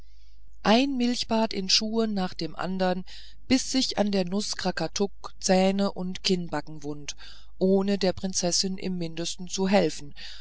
ein milchbart in schuhen nach dem andern biß sich an der nuß krakatuk zähne und kinnbacken wund ohne der prinzessin im mindesten zu helfen